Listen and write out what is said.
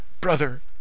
Brother